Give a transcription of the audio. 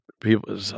people